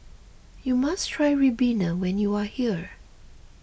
you must try Ribena when you are here